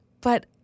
But-